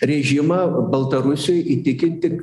režimą baltarusijoj įtikinti